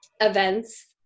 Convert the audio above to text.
events